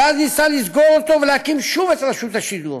ואז ניסה לסגור אותו ולהקים שוב את רשות השידור,